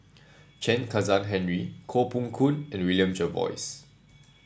Chen Kezhan Henri Koh Poh Koon and William Jervois